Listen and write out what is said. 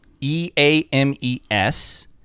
E-A-M-E-S